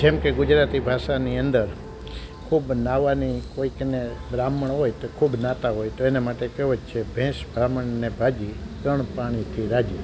જેમકે ગુજરાતી ભાષાની અંદર ખૂબ નહાવાની કોઈકને બ્રાહ્મણ હોય તો ખૂબ નહાતા હોય તો એને માટે કહેવત છે ભેંસ ભ્રામણને ભાજી ત્રણ પાણીથી રાજી